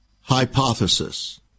Hypothesis